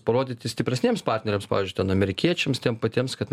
parodyti stipresniems partneriams pavyzdžiui amerikiečiams tiem patiems kad